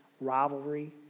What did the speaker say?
rivalry